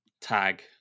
tag